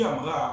היא אמרה: